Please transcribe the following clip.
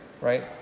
right